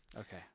Okay